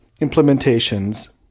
implementations